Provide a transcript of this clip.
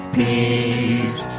peace